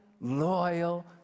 loyal